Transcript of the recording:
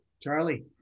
Charlie